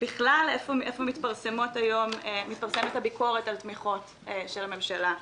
בכלל איפה מתפרסמת היום הביקורת על תמיכות של הממשלה וכדומה?